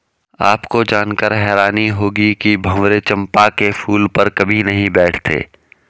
आपको जानकर हैरानी होगी कि भंवरे चंपा के फूल पर कभी नहीं बैठते